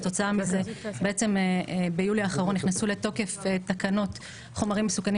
כתוצאה מזה ביולי האחרון נכנסו לתוקף תקנות חומרים מסוכנים